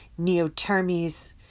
Neotermes